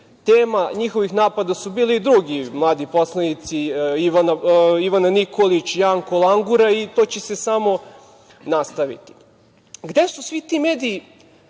Tema njihovih napada su bili i drugi mladi poslanici, Ivana Nikolić, Janko Langura i to će se samo nastaviti. Gde su svi ti mediji